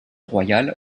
royal